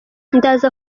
ndaza